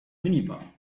minibar